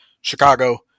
Chicago